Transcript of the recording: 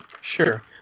Sure